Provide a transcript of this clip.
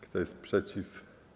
Kto jest przeciw?